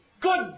Good